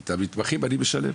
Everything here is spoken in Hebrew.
את המתמחים אני משלם.